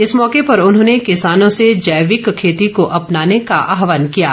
इस मौके पर उन्होंने किसानों से जैविक खेती को अपनाने का आहवान किया है